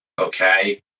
okay